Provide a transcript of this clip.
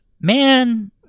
man